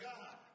God